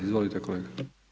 Izvolite kolega.